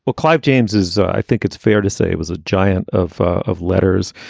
but clive james is, i think it's fair to say it was a giant of of letters.